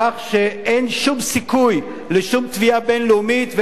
כך שאין שום סיכוי לשום תביעה בין-לאומית,